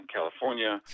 California